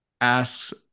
asks